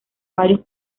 varios